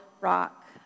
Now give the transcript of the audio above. rock